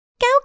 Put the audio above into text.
go